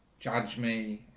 judge me,